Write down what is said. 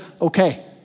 okay